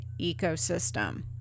ecosystem